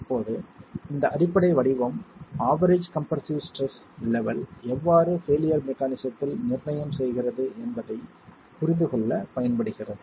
இப்போது இந்த அடிப்படை வடிவம் ஆவெரேஜ் கம்ப்ரெஸ்ஸிவ் ஸ்ட்ரெஸ் லெவல் எவ்வாறு பெயிலியர் மெக்கானிஸத்தில் நிர்ணயம் செய்கிறது என்பதைப் புரிந்து கொள்ளப் பயன்படுகிறது